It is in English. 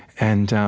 and um